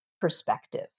perspective